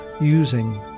using